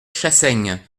chassaigne